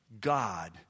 God